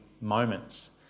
moments